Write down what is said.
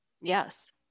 Yes